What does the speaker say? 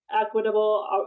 equitable